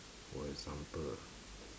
for example ah